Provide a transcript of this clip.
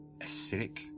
acidic